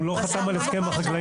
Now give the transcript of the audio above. הוא לא חתם על הסכם עם החקלאים.